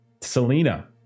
Selena